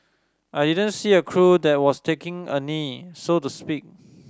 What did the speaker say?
I didn't see a crew that was taking a knee so to speak